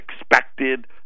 expected